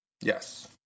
yes